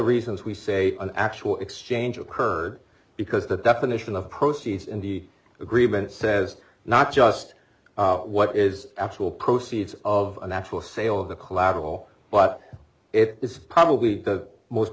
reasons we say an actual exchange occurred because the definition of proceeds in the agreement says not just what is actual proceeds of an actual sale of the collateral but it is probably the most